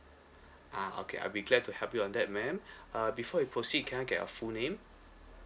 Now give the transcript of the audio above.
ah okay I'll be glad to help you on that ma'am uh before we proceed can I get your full name